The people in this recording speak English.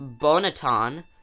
Bonaton